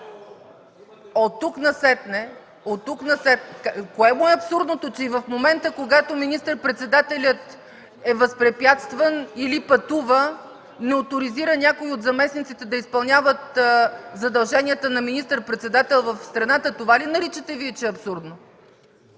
ЦЕЦКА ЦАЧЕВА: Кое му е абсурдното? Че и в момента, когато министър-председателят е възпрепятстван или пътува, не оторизира някой от заместниците да изпълняват задълженията на министър-председател в страната? Това ли наричате Вие, че е абсурдно?!